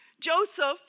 Joseph